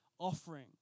offering